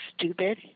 stupid